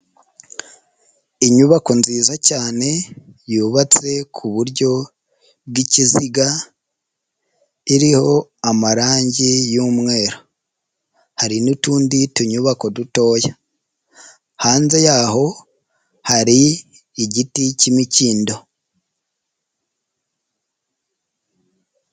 inyubako nziza cyane yubatse ku buryo bw'ikiziga iriho amarangi y'umweru. Hari n'utundi tuNyubako dutoya, hanze yaho hari igiti cyimikindo.